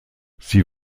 sie